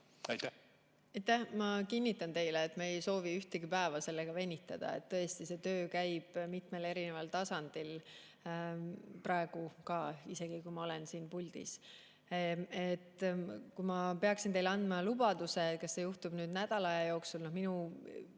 Ma kinnitan teile, et me ei soovi ühtegi päeva sellega venitada. Tõesti, see töö käib mitmel tasandil, ka praegu, isegi kui ma olen siin puldis. Kas ma peaksin teile andma lubaduse, et see juhtub nädala jooksul? Minu